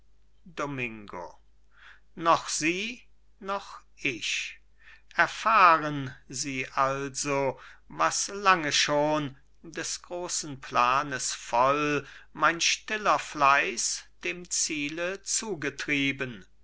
domingo noch sie noch ich erfahren sie also was lange schon des großen planes voll mein stiller fleiß dem ziele zugetrieben